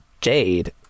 Jade